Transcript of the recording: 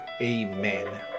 amen